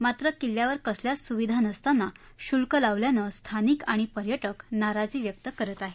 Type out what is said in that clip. मात्र किल्ल्यावर कसल्याच सुविधा नसताना शुल्क लावल्यानं स्थानिक आणि पर्यटक नाराजी व्यक्त करत आहेत